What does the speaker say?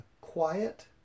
quiet